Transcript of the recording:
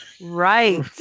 Right